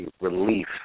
relief